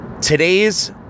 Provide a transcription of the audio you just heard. today's